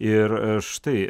ir štai